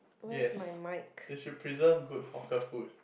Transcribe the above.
yes you should preserve good hawker food